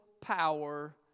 power